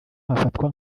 hafatwa